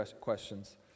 questions